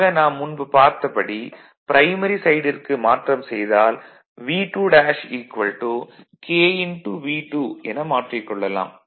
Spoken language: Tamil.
ஆக நாம் முன்பு பார்த்த படி ப்ரைமரி சைடிற்கு மாற்றம் செய்தால் V2 KV2 என மாற்றிக் கொள்ளலாம்